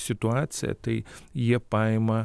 situaciją tai jie paima